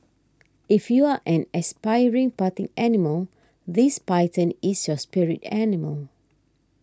if you're an aspiring party animal this python is your spirit animal